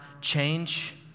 change